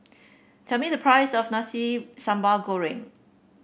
tell me the price of Nasi Sambal Goreng